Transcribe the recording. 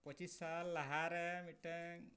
ᱯᱚᱸᱪᱤᱥ ᱥᱟᱞ ᱞᱟᱦᱟᱨᱮ ᱢᱤᱫᱴᱟᱝ